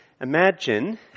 Imagine